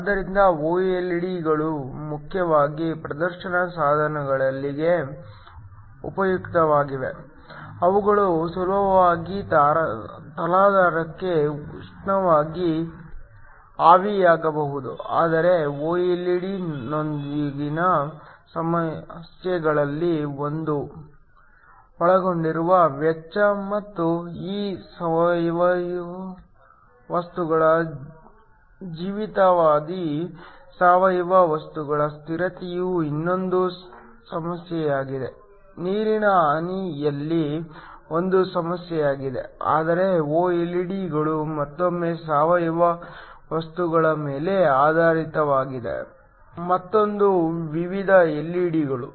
ಆದ್ದರಿಂದ ಒಎಲ್ಇಡಿಗಳು ಮುಖ್ಯವಾಗಿ ಪ್ರದರ್ಶನ ಸಾಧನಗಳಿಗೆ ಉಪಯುಕ್ತವಾಗಿವೆ ಅವುಗಳು ಸುಲಭವಾಗಿ ತಲಾಧಾರಕ್ಕೆ ಉಷ್ಣವಾಗಿ ಆವಿಯಾಗಬಹುದು ಆದರೆ ಒಎಲ್ಇಡಿನೊಂದಿಗಿನ ಸಮಸ್ಯೆಗಳಲ್ಲಿ ಒಂದು ಒಳಗೊಂಡಿರುವ ವೆಚ್ಚ ಮತ್ತು ಈ ಸಾವಯವ ವಸ್ತುಗಳ ಜೀವಿತಾವಧಿ ಸಾವಯವ ವಸ್ತುಗಳ ಸ್ಥಿರತೆಯು ಇನ್ನೊಂದು ಸಮಸ್ಯೆಯಾಗಿದೆ ನೀರಿನ ಹಾನಿ ಅಲ್ಲಿ ಒಂದು ಸಮಸ್ಯೆಯಾಗಿದೆ ಆದರೆ ಒಎಲ್ಇಡಿಗಳು ಮತ್ತೊಮ್ಮೆ ಸಾವಯವ ವಸ್ತುಗಳ ಮೇಲೆ ಆಧಾರಿತವಾದ ಮತ್ತೊಂದು ವಿಧದ ಎಲ್ಇಡಿಗಳು